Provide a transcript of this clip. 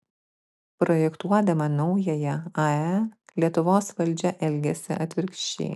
projektuodama naująją ae lietuvos valdžia elgiasi atvirkščiai